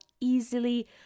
easily